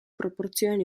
proportzioan